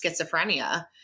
schizophrenia